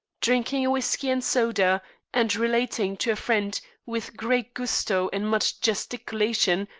drinking a whisky and soda and relating to a friend, with great gusto and much gesticulation,